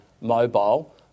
mobile